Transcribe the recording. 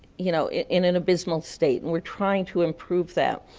you know, in an abysmal state and we are trying to improve that,